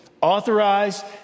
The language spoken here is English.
Authorized